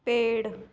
पेड़